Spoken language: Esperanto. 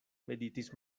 meditis